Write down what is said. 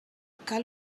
cal